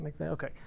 okay